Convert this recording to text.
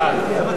מי